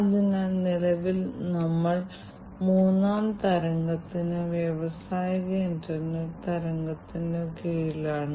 അതിനാൽ ഇത് നേടാൻ നിങ്ങളെ സഹായിക്കുന്ന വളരെ ഉപയോഗപ്രദമായ ഉപകരണമാണെന്ന് ഇപ്പോൾ നിങ്ങൾക്ക് മനസ്സിലാക്കാൻ കഴിയും